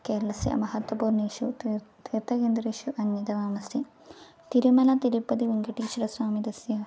केरलस्य महत्त्वपूर्णेषु तीर्थेषु तीर्थकेन्द्रेषु अन्यथा आमस्ति तिरुमलः तिरुपतिः वेङ्कटेश्वरस्वामी तस्य